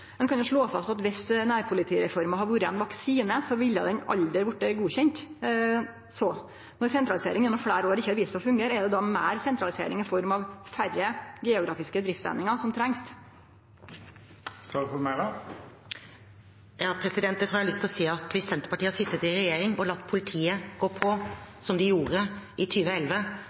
Ein kan slå fast at viss nærpolitireforma hadde vore ein vaksine, ville den aldri ha vorte godkjend. Så når sentralisering gjennom fleire år har vist seg ikkje å fungere, er det då meir sentralisering i form av færre geografiske driftseiningar som trengst? Jeg har lyst til å si at hvis Senterpartiet hadde sittet i regjering og latt politiet gå på som de gjorde i